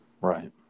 Right